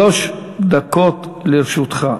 שלוש דקות לרשותך.